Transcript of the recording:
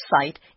site